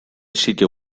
sitio